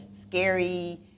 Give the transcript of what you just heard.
scary